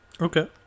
Okay